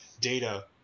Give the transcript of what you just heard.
Data